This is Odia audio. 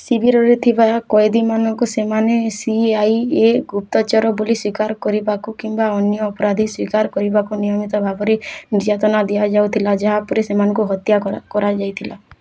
ଶିବିରରେ ଥିବା କଏଦୀମାନଙ୍କୁ ସେମାନେ ସି ଆଇ ଏ ଗୁପ୍ତଚର ବୋଲି ସ୍ଵୀକାର କରିବାକୁ କିମ୍ବା ଅନ୍ୟ ଅପରାଧୀ ସ୍ୱୀକାର କରିବାକୁ ନିୟମିତ ଭାବରେ ନିର୍ଯାତନା ଦିଆଯାଉଥିଲା ଯାହା ପରେ ସେମାନଙ୍କୁ ହତ୍ୟା କରାଯାଇଥିଲା